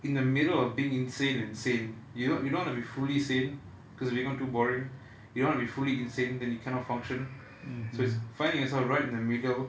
in the middle of being insane insane you don't you don't wanna be fully sane because you become too boring you dont't want be fully insane then you cannot function so its finding yourself right in the middle